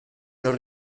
non